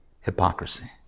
hypocrisy